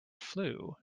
flue